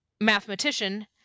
mathematician